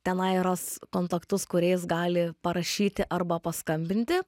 ten airos kontaktus kuriais gali parašyti arba paskambinti